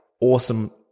awesome